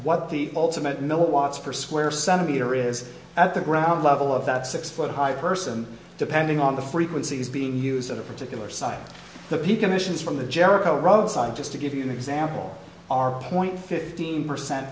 what the ultimate milliwatts per square centimeter is at the ground level of that six foot high person depending on the frequencies being used at a particular site the peak emissions from the jericho road side just to give you an example our point fifteen percent